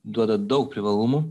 duoda daug privalumų